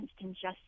injustice